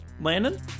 Landon